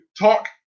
talk